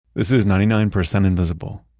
this is ninety nine percent invisible.